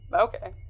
Okay